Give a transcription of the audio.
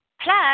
Plus